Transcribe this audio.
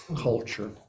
culture